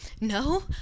no